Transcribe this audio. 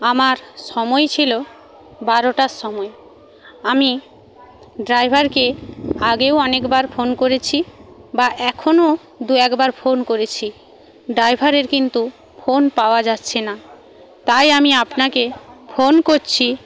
আমার সময় ছিল বারোটার সময় আমি ড্রাইভারকে আগেও অনেকবার ফোন করেছি বা এখনও দু একবার ফোন করেছি ডাইভারের কিন্তু ফোন পাওয়া যাচ্ছে না তাই আমি আপনাকে ফোন করছি